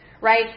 Right